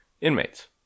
inmates